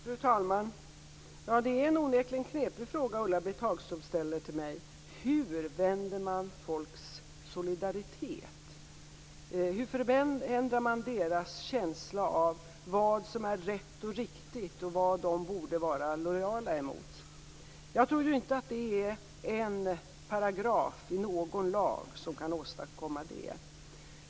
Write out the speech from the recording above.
Fru talman! Det är en onekligen knepig fråga som Ulla-Britt Hagström ställer till mig: Hur vänder man folks solidaritet? Hur ändrar man deras känsla för vad som är rätt och riktigt och vad de borde vara lojala mot? Jag tror inte att det är en paragraf i någon lag som kan åstadkomma detta.